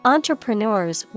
Entrepreneurs